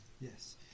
Yes